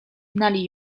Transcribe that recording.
znali